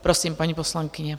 Prosím, paní poslankyně.